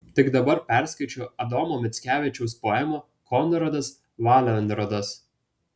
tik dabar perskaičiau adomo mickevičiaus poemą konradas valenrodas